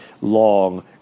long